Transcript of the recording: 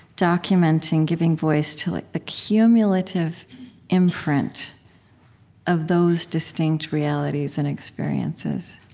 documenting, giving voice to like the cumulative imprint of those distinct realities and experiences.